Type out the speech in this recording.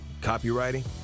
copywriting